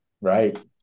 Right